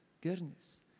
goodness